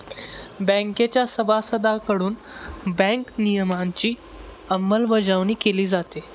बँकेच्या सभासदांकडून बँक नियमनाची अंमलबजावणी केली जाते